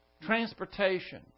transportation